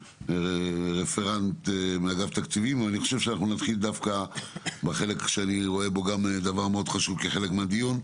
ונתחיל דווקא בחלק שאני רואה בו חלק מאוד חשוב מהדיון.